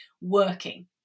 working